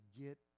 get